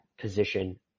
position